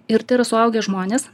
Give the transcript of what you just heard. ir tai yra suaugę žmonės